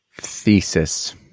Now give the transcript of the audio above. Thesis